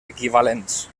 equivalents